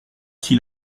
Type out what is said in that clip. s’il